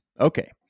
Okay